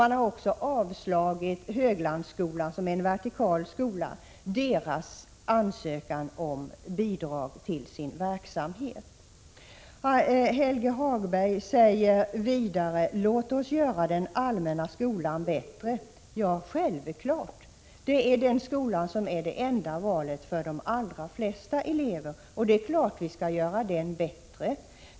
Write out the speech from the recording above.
Man har också avslagit ansökan från Höglandsskolan, som är en vertikal skola, om bidrag till verksamheten där. Helge Hagberg säger vidare: Låt oss göra den allmänna skolan bättre! Ja, självklart. Det är den skolan som är det enda valet för de allra flesta eleverna, och det är klart att vi skall göra den bättre.